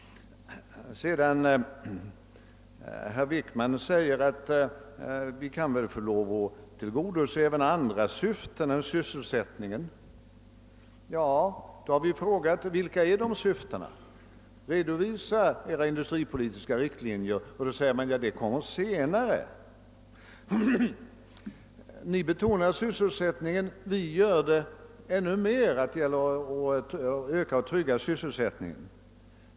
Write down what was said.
Sedan säger herr Wickman att vi kan väl få lov att tillgodose även andra syften än sysselsättningen. Vi har frågat: Vilka är de syftena? Redovisa era industripolitiska riktlinjer! På det svarar man att det kommer senare. — Men ni betonar sysselsättningen. Vi betonar i än högre grad att det gäller att öka och trygga sysselsättningen.